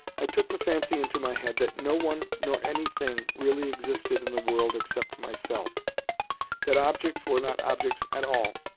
i took the fancy into my head that no one nor anything really existed in the world except myself that objects were not objects at all,